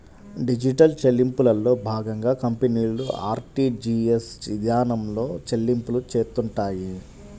digital చెల్లింపుల్లో భాగంగా కంపెనీలు ఆర్టీజీయస్ ఇదానంలో చెల్లింపులు చేత్తుంటాయి